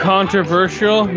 Controversial